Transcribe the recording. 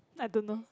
I don't know